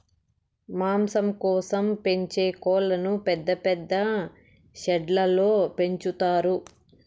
మాంసం కోసం పెంచే కోళ్ళను పెద్ద పెద్ద షెడ్లలో పెంచుతారు